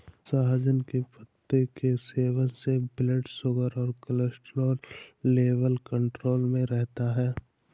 सहजन के पत्तों के सेवन से ब्लड शुगर और कोलेस्ट्रॉल लेवल कंट्रोल में रहता है